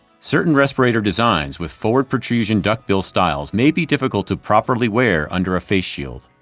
certain respirator designs with forward protrusion duckbill styles may be difficult to properly wear under a face shield,